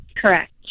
Correct